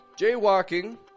jaywalking